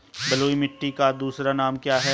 बलुई मिट्टी का दूसरा नाम क्या है?